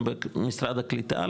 גם במשרד הקליטה,